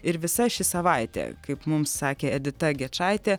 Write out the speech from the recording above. ir visa ši savaitė kaip mums sakė edita gečaitė